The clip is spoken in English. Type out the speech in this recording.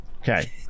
okay